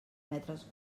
metres